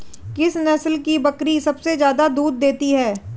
किस नस्ल की बकरी सबसे ज्यादा दूध देती है?